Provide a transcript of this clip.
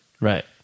right